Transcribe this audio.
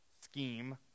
scheme